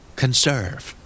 conserve